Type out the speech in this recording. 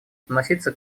относиться